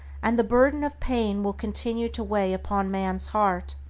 and the burden of pain will continue to weigh upon man's heart,